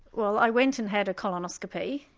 well i went and had a colonoscopy.